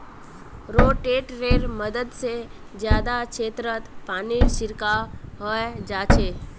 रोटेटरैर मदद से जादा क्षेत्रत पानीर छिड़काव हैंय जाच्छे